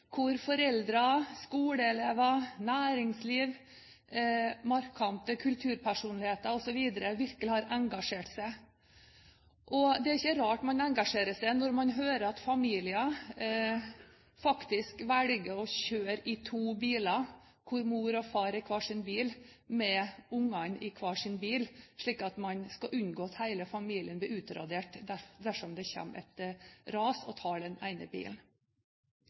hvor foreldre, skoleelever, næringsliv, markante kulturpersonligheter osv. virkelig har engasjert seg. Det er ikke rart man engasjerer seg når man hører at familier faktisk velger å kjøre i to biler – mor og far i hver sin bil med ungene i hver sin bil – slik at man skal unngå at hele familien blir utradert dersom det kommer et ras og tar den ene bilen.